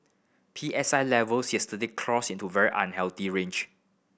P S I levels yesterday crossed into very unhealthy range